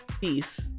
peace